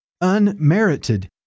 unmerited